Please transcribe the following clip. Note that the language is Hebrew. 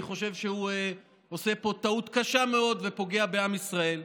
אני חושב שהוא עושה פה טעות קשה מאוד ופוגע בעם ישראל.